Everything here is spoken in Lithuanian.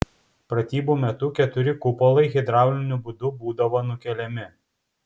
pratybų metu keturi kupolai hidrauliniu būdu būdavo nukeliami